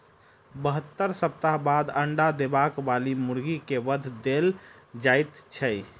बहत्तर सप्ताह बाद अंडा देबय बाली मुर्गी के वध देल जाइत छै